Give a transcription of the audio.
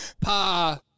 Pa